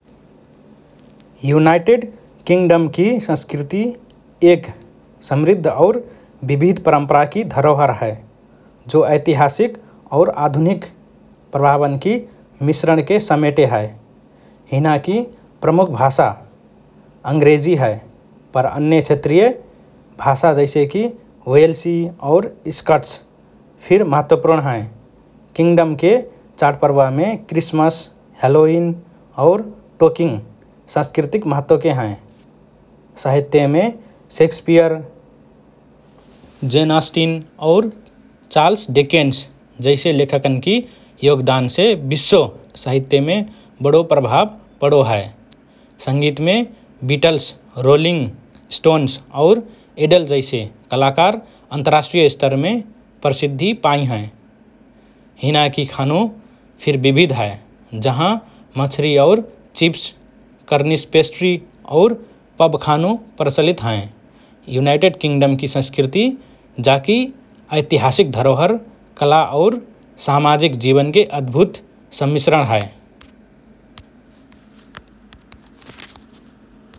United किंगडमकि संस्कृति एक समृद्ध और विविध परम्पराकि धरोहर हए, जो ऐतिहासिक और आधुनिक प्रभावन्कि मिश्रणके समेटे हए । हिनाकि प्रमुख भाषा अंग्रेजी हए पर अन्य क्षेत्रीय भाषा जैसेकि वेल्सी और स्कट्स फिर महत्वपूर्ण हएँ । किंगडमके चाडपर्वमे क्रिसमस, ह्यालोविन और टोकिङ सांस्कृतिक महत्वके हएँ । साहित्यमे शेक्सपियर, जेन आँस्टिन और चाल्र्स डिकेन्स जैसे लेखकन्कि योगदानसे विश्व साहित्यमे बडो प्रभाव पडो हए । संगीतमे बीटल्स, रोलिंग स्टोन्स और एडेल जैसे कलाकार अन्तर्राष्ट्रिय स्तरमे प्रसिद्धि पाइँ हएँ । हिनाकि खानु फिर विविध हए, जहाँ मछरी और चिप्स, कर्निश पेस्ट्रि, और पब खानु प्रचलित हएँ । युनाइटेड किंगडमकि संस्कृति जाकि ऐतिहासिक धरोहर, कला और सामाजिक जीवनके अद्भुत समिश्रण हए ।